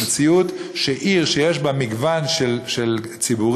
במציאות של עיר שיש בה מגוון של ציבורים,